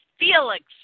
Felix